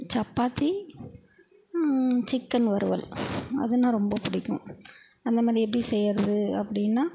chapati chicken வறுவல் அதுன்னா ரொம்ப பிடிக்கும் அந்த மாதிரி எப்படி செய்கிறது அப்படின்னா